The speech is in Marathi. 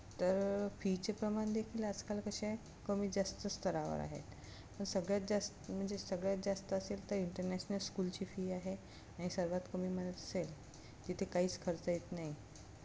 तर फीचे प्रमाण देखील आजकाल कसे आहे कमी जास्त स्तरावर आहेत पण सगळ्यात जास्त म्हणजे सगळ्यात जास्त असेल तर इंटरनॅशनल स्कूलची फी आहे आणि सर्वात कमी म्हणत असेल तिथे काहीच खर्च येत नाही